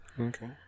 Okay